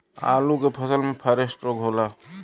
आलू के फसल मे फारेस्ट रोग होला?